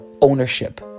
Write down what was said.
ownership